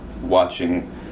watching